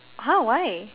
!huh! why